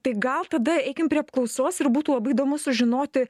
tai gal tada eikim prie apklausos ir būtų labai įdomu sužinoti